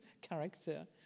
character